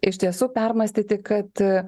iš tiesų permąstyti kad